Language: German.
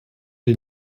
den